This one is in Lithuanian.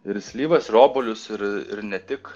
ir slyvas ir obuolius ir ir ne tik